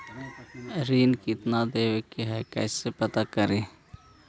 ऋण कितना देवे के है कैसे पता करी?